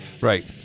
Right